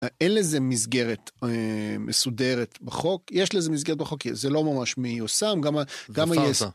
אין לזה מסגרת מסודרת בחוק, יש לזה מסגרת בחוק, זה לא ממש מי מיושם, גם היש...